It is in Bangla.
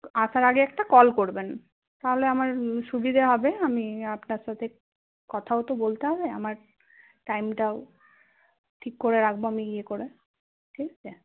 আসার আগে একটা কল করবেন তাহলে আমার সুবিধে হবে আমি আপনার সাথে কথাও তো বলতে হবে আমার টাইমটাও ঠিক করে রাখব আমি ইয়ে করে ঠিক আছে